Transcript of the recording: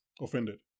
offended